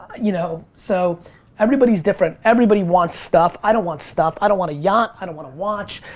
you know, so everybody's different. everybody wants stuff. i don't want stuff. i don't want a yacht, i don't want a watch,